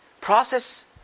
process